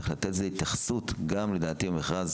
צריך לתת לזה התייחסות לדעתי גם במכרז